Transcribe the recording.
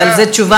אבל זו תשובה,